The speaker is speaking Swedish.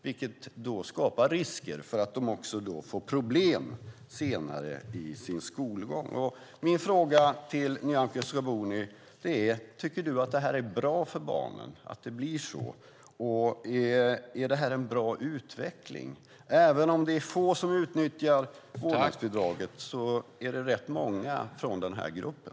Det skapar risker för att de också ska få problem senare i sin skolgång. Min fråga till Nyamko Sabuni är: Tycker du att det är bra för barnen att det blir så? Är detta en bra utveckling? Även om det är få som utnyttjar vårdnadsbidraget är det rätt många från den här gruppen.